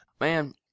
Man